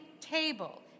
table